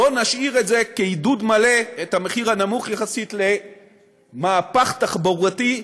בואו נשאיר את המחיר הנמוך יחסית כעידוד מלא למהפך תחבורתי,